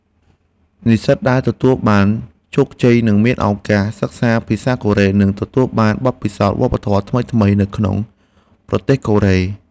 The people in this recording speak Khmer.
និស្សិតដែលទទួលបានជោគជ័យនឹងមានឱកាសសិក្សាភាសាកូរ៉េ និងទទួលបានបទពិសោធន៍វប្បធម៌ថ្មីៗនៅក្នុងប្រទេសកូរ៉េ។